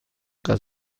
قطع